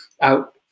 out